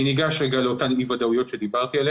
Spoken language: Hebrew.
אני ניגש לאותן אי ודאויות עליהן דיברתי.